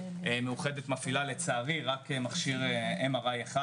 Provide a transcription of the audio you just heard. מאוחדת מפעילה לצערי רק מכשיר M.R.I. אחד,